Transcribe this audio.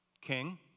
king